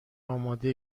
آماده